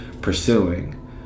pursuing